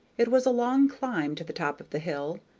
it was a long climb to the top of the hill,